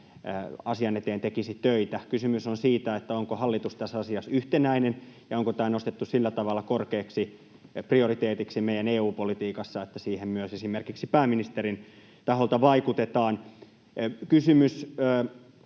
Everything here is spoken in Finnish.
asian eteen tekisi töitä. Kysymys on siitä, onko hallitus tässä asiassa yhtenäinen ja onko tämä nostettu sillä tavalla korkeaksi prioriteetiksi meidän EU-politiikassa, että siihen myös esimerkiksi pääministerin taholta vaikutetaan. Kysymys